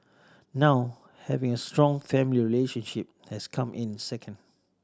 now having a strong family relationship has come in second